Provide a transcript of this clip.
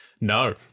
No